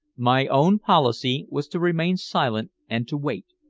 my own policy was to remain silent and to wait.